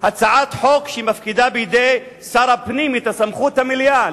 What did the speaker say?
הצעת חוק שמפקידה בידי שר הפנים את הסמכות המלאה,